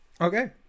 okay